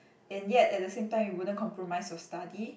and yet at the same time it wouldn't compromise your study